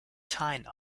tyne